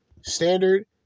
Standard